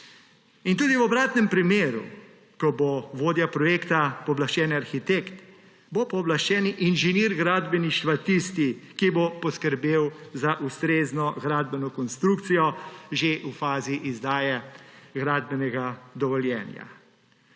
In tudi v obratnem primeru, ko bo vodja projekta pooblaščeni arhitekt, bo pooblaščeni inženir gradbeništva tisti, ki bo poskrbel za ustrezno gradbeno konstrukcijo že v fazi izdaje gradbenega dovoljenja.